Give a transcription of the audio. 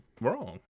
wrong